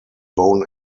bone